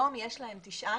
היום יש להם תשעה.